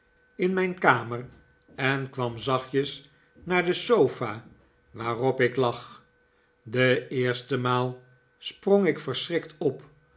in mijn kamer en kwam zachtjes naar de sofa waarop ik lag de eerste maal sprong ik verschrikt op